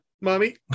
Mommy